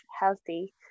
healthy